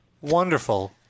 Wonderful